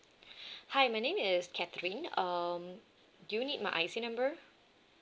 hi my name is catherine um do you need my I_C number